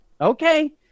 Okay